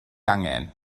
angen